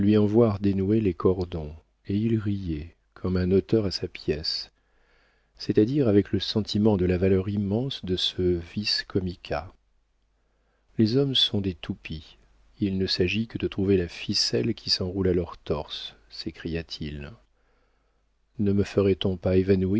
en voir dénouer les cordons et il riait comme un auteur à sa pièce c'est-à-dire avec le sentiment de la valeur immense de ce vis comica les hommes sont des toupies il ne s'agit que de trouver la ficelle qui s'enroule à leur torse s'écria-t-il ne me ferait-on pas